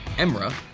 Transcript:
emrah,